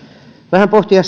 vähän pohtia